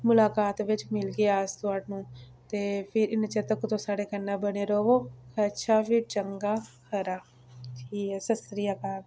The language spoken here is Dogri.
मुलाकात बिच्च मिलगे अस तुआनूं ते फिर इ'न्ने चिर तकर तुस साढ़े कन्नै बने रवो अच्छा फिर चंगा खरा ठीक ऐ ससरियाकाल